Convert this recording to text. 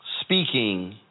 speaking